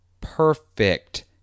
perfect